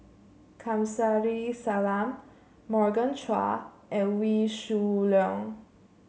Kamsari Salam Morgan Chua and Wee Shoo Leong